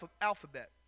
alphabet